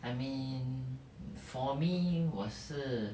I mean for me 我是